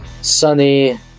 sunny